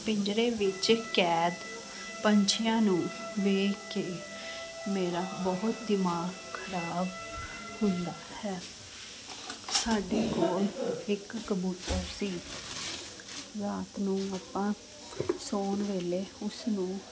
ਪਿੰਜਰੇ ਵਿੱਚ ਕੈਦ ਪੰਛੀਆਂ ਨੂੰ ਵੇਖ ਕੇ ਮੇਰਾ ਬਹੁਤ ਦਿਮਾਗ ਖ਼ਰਾਬ ਹੁੰਦਾ ਹੈ ਸਾਡੇ ਕੋਲ ਇੱਕ ਕਬੂਤਰ ਸੀ ਰਾਤ ਨੂੰ ਆਪਾਂ ਸੌਣ ਵੇਲੇ ਉਸਨੂੰ